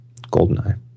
Goldeneye